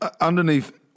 underneath